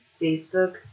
Facebook